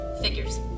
Figures